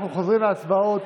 אנחנו חוזרים להצבעות.